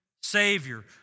Savior